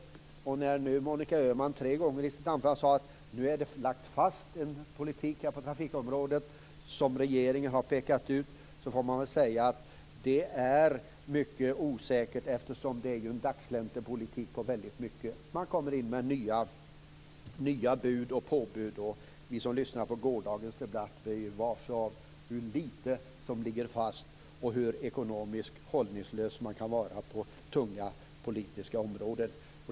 Monica Öhman sade tre gånger i sitt anförande att det nu har lagts fast en politik på trafikområdet som regeringen har pekat ut. Då får man säga att det är mycket osäkert, för det är ju en dagsländepolitik i många delar. Man kommer in med nya bud och påbud. Vi som lyssnade på gårdagens debatt blev ju varse hur lite det är som ligger fast och hur ekonomiskt hållningslös man kan vara på tunga politiska områden.